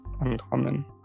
uncommon